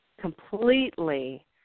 completely